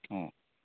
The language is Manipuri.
ꯑꯣ